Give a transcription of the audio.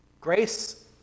grace